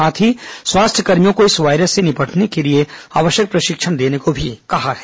साथ ही स्वास्थ्यकर्मियों को इस वायरस से निपटने के लिए आवश्यक प्रशिक्षण देने को भी कहा है